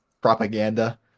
propaganda